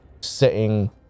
sitting